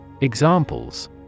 Examples